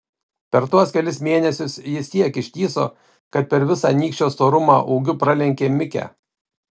per tuos kelis mėnesius jis tiek ištįso kad per visą nykščio storumą ūgiu pralenkė mikę